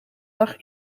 dag